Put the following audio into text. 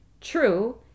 True